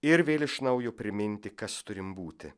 ir vėl iš naujo priminti kas turim būti